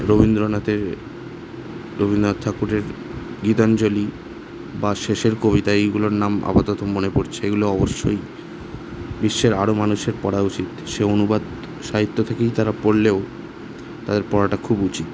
রবীন্দ্রনাথের রবীন্দ্রনাথ ঠাকুরের গীতাঞ্জলি বা শেষের কবিতা এইগুলোর নাম আপাতত মনে পড়ছে এইগুলো অবশ্যই বিশ্বের আরো মানুষের পড়া উচিত সে অনুবাদ সাহিত্য থেকেই তারা পড়লেও তাদের পড়াটা খুব উচিত